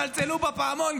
צלצלו בפעמון,